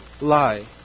lie